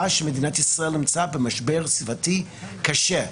אני חש שמדינת ישראל נמצאת במשבר סביבתי קשה.